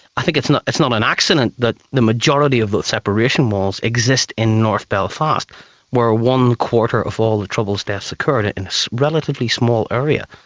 i think it's not it's not an accident that the majority of those separation walls exist in north belfast where one quarter of all the troubles deaths occurred in a relatively small area.